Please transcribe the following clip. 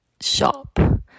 shop